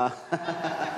מה?